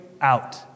out